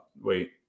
wait